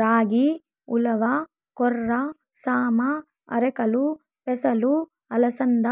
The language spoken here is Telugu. రాగి, ఉలవ, కొర్ర, సామ, ఆర్కెలు, పెసలు, అలసంద